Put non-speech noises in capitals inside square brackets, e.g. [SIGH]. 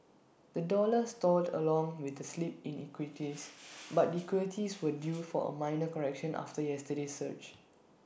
the dollar stalled along with the slip in equities [NOISE] but equities were due for A minor correction after yesterday's surge